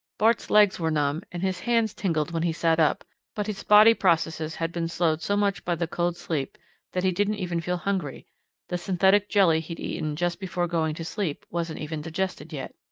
bart's legs were numb and his hands tingled when he sat up but his body processes had been slowed so much by the cold-sleep that he didn't even feel hungry the synthetic jelly he'd eaten just before going to sleep wasn't even digested yet.